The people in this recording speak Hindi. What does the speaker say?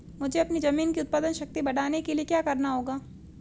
मुझे अपनी ज़मीन की उत्पादन शक्ति बढ़ाने के लिए क्या करना होगा?